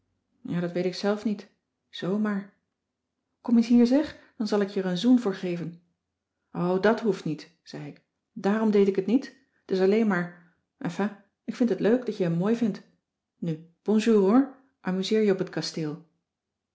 ja dat weet ik zelf niet zoo maar kom eens hier zeg dan zal ik je er een zoen voor geven o dàt hoeft niet zei ik daarom deed ik het niet t is alleen maar enfin ik vind het leuk dat je hem mooi vindt nu bonjour hoor amuseer je op het kasteel